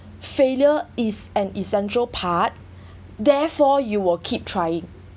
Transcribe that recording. failure is an essential part therefore you will keep trying